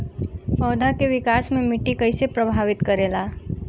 पौधा के विकास मे मिट्टी कइसे प्रभावित करेला?